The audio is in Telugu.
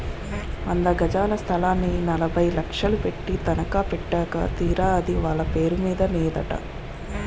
వంద గజాల స్థలాన్ని నలభై లక్షలు పెట్టి తనఖా పెట్టాక తీరా అది వాళ్ళ పేరు మీద నేదట